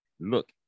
look